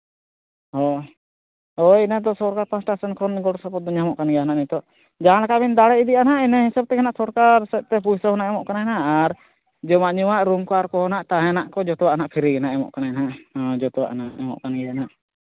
ᱦᱚᱸ ᱦᱚᱭ ᱤᱱᱟᱹ ᱫᱚ ᱥᱚᱨᱠᱟᱨ ᱯᱟᱥᱴᱟ ᱥᱮᱫ ᱠᱷᱚᱱ ᱜᱚᱲᱚᱥᱚᱯᱚᱦᱚᱫ ᱫᱚ ᱧᱟᱢᱚᱜ ᱠᱟᱱ ᱜᱮᱭᱟ ᱦᱩᱱᱟᱹᱜ ᱱᱤᱛᱚᱜ ᱡᱟᱦᱟᱸ ᱞᱮᱠᱟ ᱵᱤᱱ ᱫᱟᱲᱮᱭᱟᱜ ᱤᱫᱤᱭᱟᱜ ᱱᱟᱦᱜ ᱤᱱᱟᱹ ᱦᱤᱥᱟᱹᱵ ᱛᱮᱜᱮ ᱱᱟᱦᱟᱜ ᱥᱚᱨᱠᱟ ᱥᱮᱫ ᱛᱮ ᱯᱩᱭᱥᱟᱹ ᱦᱩᱱᱟᱹᱜ ᱮᱢᱚᱜ ᱠᱟᱱᱟᱭ ᱱᱟᱦᱜ ᱟᱨ ᱡᱚᱢᱟᱜ ᱧᱩᱭᱟ ᱨᱩᱢ ᱠᱚ ᱟᱨ ᱠᱚ ᱦᱩᱱᱟᱹᱜ ᱛᱟᱦᱮᱱᱟᱜ ᱠᱚ ᱡᱚᱛᱚ ᱱᱟᱦᱟᱸ ᱯᱷᱤᱨᱤ ᱜᱮ ᱱᱟᱦᱟᱜ ᱮᱢᱚᱜ ᱠᱟᱱᱟᱭ ᱡᱚᱛᱚᱣᱟᱜ ᱦᱩᱱᱟᱹᱜ ᱮᱢᱚᱜ ᱠᱟᱱ ᱜᱮᱭᱟ ᱦᱩᱱᱟᱹᱜ